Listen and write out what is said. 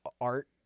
art